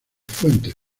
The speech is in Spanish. fuentes